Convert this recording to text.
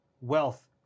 wealth